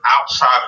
outside